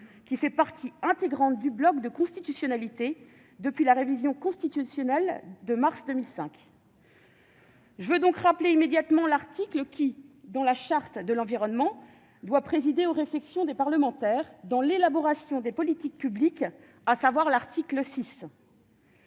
qui fait partie intégrante du bloc de constitutionnalité depuis la révision constitutionnelle du 1 mars 2005 ». Je veux donc rappeler immédiatement l'article qui, dans la Charte de l'environnement, doit présider aux réflexions des parlementaires dans l'élaboration des politiques publiques. Il s'agit de l'article 6,